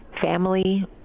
family